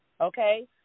okay